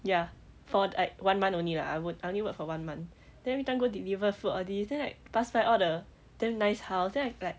ya for like one month only lah I work I only work for one month then every time go deliver food all these then like pass by all the damn nice house then I like